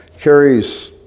Carrie's